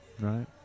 right